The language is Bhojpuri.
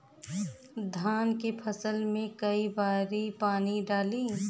धान के फसल मे कई बारी पानी डाली?